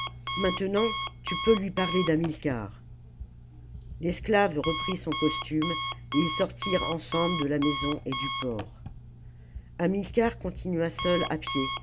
maintenant tu peux lui parler d'hamilcar l'esclave reprit son costume et ils sortirent ensemble de la maison et du port hamilcar continua seul à pied